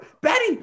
Betty